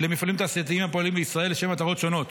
למפעלים תעשייתיים הפועלים בישראל לשם מטרות שונות,